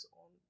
on